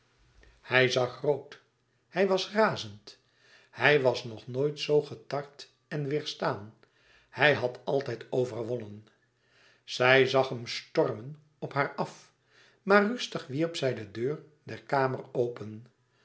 hij zag rood hij was razend hij was nog nooit zoo getart en weêrstaan hij had altijd overwonnen zij zag hem stormen op haar af maar rustig wierp zij de deur der kamer open